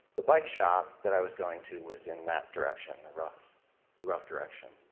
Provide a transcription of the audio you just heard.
the bike shop that i was going to was in that direction, the rough rough direction.